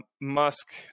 Musk